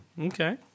Okay